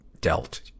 dealt